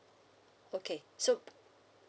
okay so